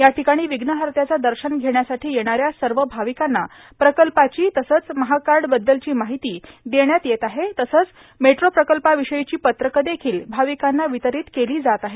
र्याठकाणी विघ्नहत्याचं दशन घेण्यासाठां येणाऱ्या सव भावकांना प्रकल्पाची तसंच महाकाड बद्दलची माहती देण्यात येत आहे तसंच मेट्रो प्रकल्पार्वषयीची पत्रकं देखील भार्मावकांना विर्तारत केला जात आहेत